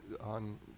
on